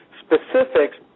specifics